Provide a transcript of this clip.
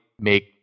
make